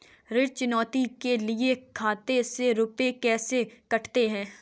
ऋण चुकौती के लिए खाते से रुपये कैसे कटते हैं?